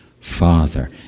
Father